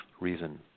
reason